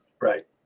Right